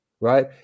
Right